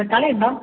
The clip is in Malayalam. തക്കാളി ഉണ്ടോ